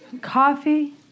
Coffee